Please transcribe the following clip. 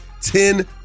ten